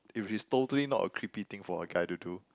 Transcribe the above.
if it's totally not a creepy thing for a guy to do